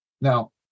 Now